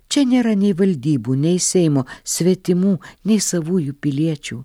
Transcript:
čia nėra nei valdybų nei seimo svetimų nei savųjų piliečių